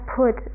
put